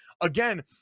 Again